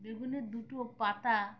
বেগুনের দুটো পাতা